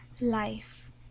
life